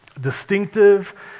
Distinctive